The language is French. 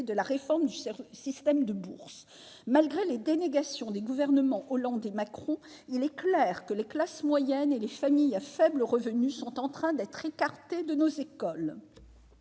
de la réforme du système de bourses. Malgré les dénégations des gouvernements Hollande et Macron, il est clair que les classes moyennes et les familles à faible revenu sont en train d'être écartées de nos écoles.